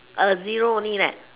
a zero only leh